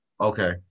Okay